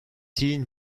teen